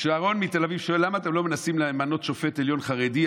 שרון מתל אביב שואל: למה אתם לא מנסים למנות שופט עליון חרדי?